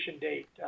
date